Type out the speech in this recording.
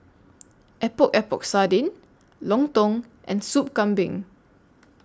Epok Epok Sardin Lontong and Soup Kambing